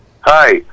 Hi